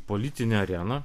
politinę areną